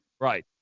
Right